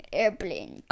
airplane